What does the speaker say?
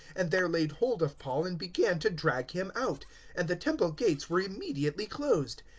and there laid hold of paul and began to drag him out and the temple gates were immediately closed.